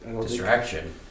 Distraction